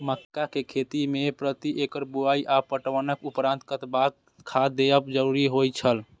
मक्का के खेती में प्रति एकड़ बुआई आ पटवनक उपरांत कतबाक खाद देयब जरुरी होय छल?